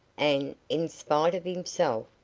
and, in spite of himself,